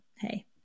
hey